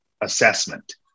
assessment